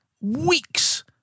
weeks